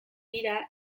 dira